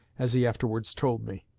as he afterwards told me.